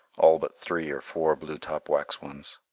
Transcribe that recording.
all but three or four blue-top wax ones.